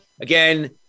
Again